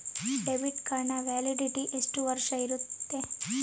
Debit ಕಾರ್ಡಿನ validity ಎಷ್ಟು ವರ್ಷ ಇರುತ್ತೆ?